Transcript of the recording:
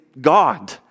God